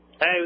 Hey